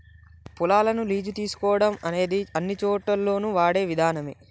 పొలాలను లీజు తీసుకోవడం అనేది అన్నిచోటుల్లోను వాడే విధానమే